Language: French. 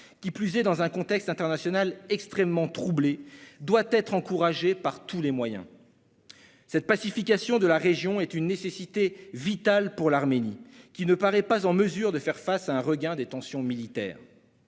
qui plus est, dans un contexte international extrêmement troublé, doit être encouragée par tous les moyens. La pacification de la région est une nécessité vitale pour l'Arménie, qui ne paraît pas en mesure de faire face à un regain des tensions militaires.